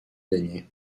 damier